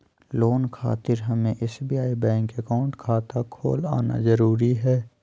Loan खातिर हमें SBI bank account खाता खोल आना जरूरी है?